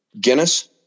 Guinness